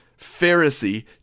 Pharisee